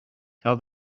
tell